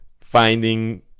finding